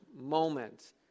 moment